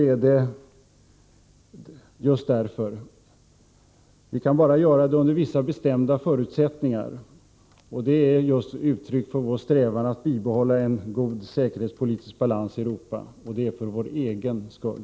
Vi kan göra det bara under vissa bestämda förutsättningar. Det är ett uttryck för vår strävan att bibehålla en god säkerhetspolitisk balans i Europa för vår egen skull.